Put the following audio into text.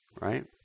right